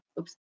Oops